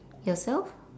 yourself